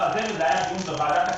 והיה דיון בוועדת הכספים,